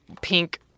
pink